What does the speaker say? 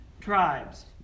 tribes